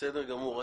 בסדר גמור.